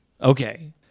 Okay